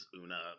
Una